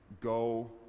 go